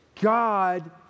God